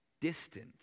distant